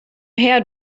her